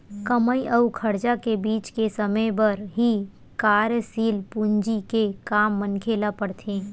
कमई अउ खरचा के बीच के समे बर ही कारयसील पूंजी के काम मनखे ल पड़थे